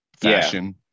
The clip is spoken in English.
fashion